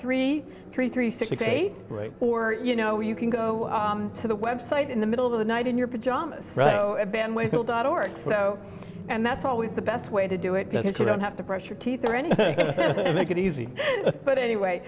three three three six eight or you know you can go to the website in the middle of the night in your pajamas or so and that's always the best way to do it because you don't have to brush your teeth make it easy but anyway